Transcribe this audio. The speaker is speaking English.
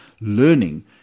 learning